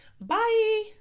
Bye